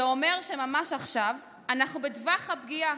זה אומר שממש עכשיו אנחנו בטווח הפגיעה.